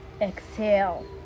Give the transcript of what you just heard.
exhale